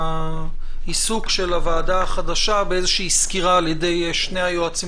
העיסוק של הוועדה החדשה בסקירה על ידי שני היועצים